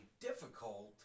difficult